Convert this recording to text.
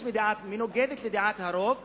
המנוגדת לדעת הרוב,